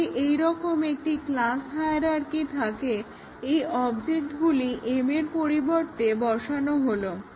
যদি এইরকম একটি ক্লাস হায়ারার্কি থাকে এই অবজেক্টগুলি m এর পরিবর্তে বসান হলো